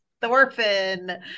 Thorfinn